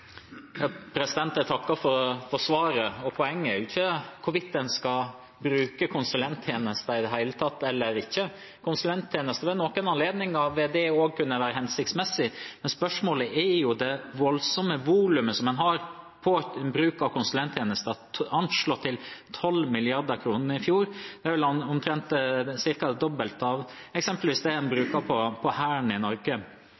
Jeg takker for svaret. Poenget er ikke hvorvidt en skal bruke konsulenttjenester eller ikke. Ved noen anledninger vil konsulenttjenester være hensiktsmessig. Spørsmålet handler om det voldsomme volumet en har på bruk av konsulenttjenester, anslått til 12 mrd. kr i fjor. Det er omtrent det dobbelte av det vi eksempelvis bruker på Hæren i Norge. Så det er store beløp, og innenfor tunge offentlige sektorer. Eksempelvis brukte en